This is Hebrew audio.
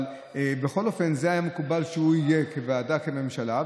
אבל בכל אופן זה היה מקובל שהוא יהיה בוועדה כממשלה.